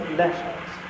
letters